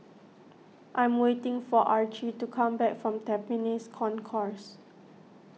I am waiting for Archie to come back from Tampines Concourse